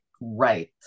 right